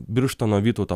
birštono vytauto